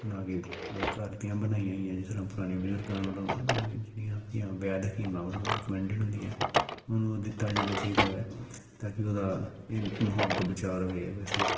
ਬਣਾ ਕੇ ਅ ਘਰ ਦੀਆਂ ਬਣਾਈਆਂ ਹੋਈਆਂ ਜਿਸ ਤਰ੍ਹਾਂ ਪੁਰਾਣੇ ਬਜ਼ੁਰਗਾਂ ਮਤਲਬ ਜਿਹੜੀਆਂ ਵੈਦ ਹਕੀਮਾਂ ਵਲੋਂ ਰਿਕਮੈਂਡਡ ਹੁੰਦੀਆਂ ਉਹਨੂੰ ਉਹ ਦਿੱਤਾ ਜਾਣਾ ਚਾਹੀਦਾ ਹੈ ਤਾਂ ਕਿ ਉਹਦਾ ਇਨ ਮਾਹੌਲ ਤੋਂ ਬਚਾ ਰਹੇ ਜਾਂ ਵੈਸੇ